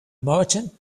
merchant